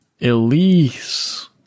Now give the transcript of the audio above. Elise